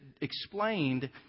explained